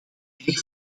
erg